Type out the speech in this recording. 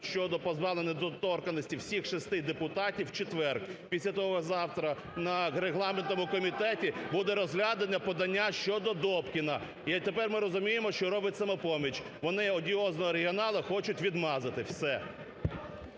щодо позбавлення недоторканності всіх шести депутатів в четвер. Після того, завтра на регламентному комітеті буде розглядане подання щодо Добкіна. І тепер ми розуміємо, що робить "Самопоміч", вони одіозного регіонала хочуть відмазати. Все!